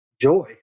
joy